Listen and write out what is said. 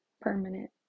permanent